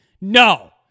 No